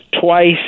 twice